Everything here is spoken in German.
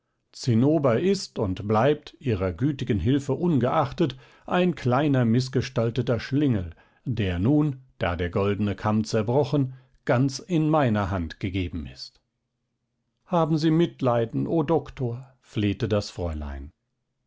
zinnober ist und bleibt ihrer gütigen hilfe ungeachtet ein kleiner mißgestalteter schlingel der nun da der goldne kamm zerbrochen ganz in meine hand gegeben ist haben sie mitleiden o doktor flehte das fräulein